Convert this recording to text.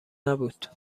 نبود